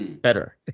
Better